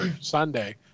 Sunday